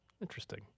Interesting